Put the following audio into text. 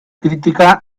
crítica